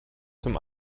zum